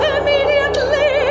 Immediately